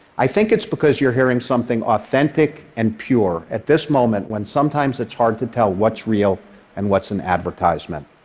i think it's because you're hearing something authentic and pure at this moment, when sometimes it's hard to tell what's real and what's an advertisement.